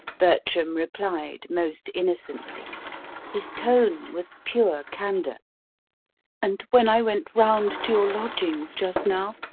bertram replied most innocently his tone was pure candour and when i went round to your lodgings just now,